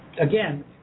again